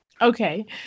Okay